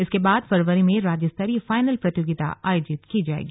इसके बाद फरवरी में राज्य स्तरीय फाइनल प्रतियोगिता आयोजित की जाएगी